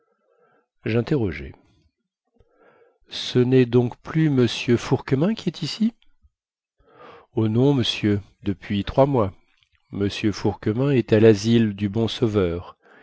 jinterrogeai ce nest donc plus m fourquemin qui est ici oh non monsieur depuis trois mois m fourquemin est à lasile du bon sauveur